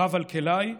הרב אלקלעי,